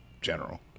general